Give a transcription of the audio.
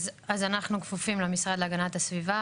אז אנחנו כפופים למשרד להגנת הסביבה,